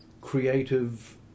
creative